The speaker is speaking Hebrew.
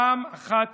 פעם אחת